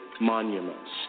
monuments